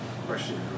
question